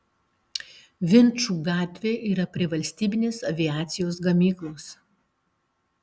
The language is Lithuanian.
vinčų gatvė yra prie valstybinės aviacijos gamyklos